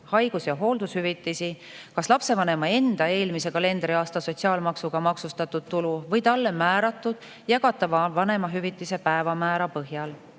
haigus‑ ja hooldushüvitisi kas lapsevanema enda eelmise kalendriaasta sotsiaalmaksuga maksustatud tulu või talle määratud jagatava vanemahüvitise päevamäära põhjal,